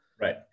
right